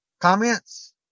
Comments